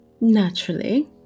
Naturally